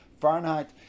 fahrenheit